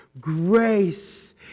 grace